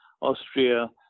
Austria